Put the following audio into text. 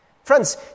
Friends